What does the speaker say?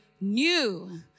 new